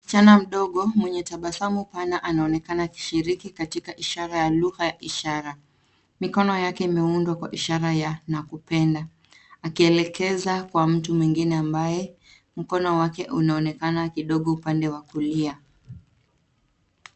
Msichana mdogo mwenye tabasamu pana anaonekana akishiriki katika ishara ya lugha ya ishara. Mikono yake imeundwa kwa ishara ya nakupenda akielekeza kwa mtu mwingine ambaye mkono wake unaonekana kidogo upande wa kulia.